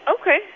okay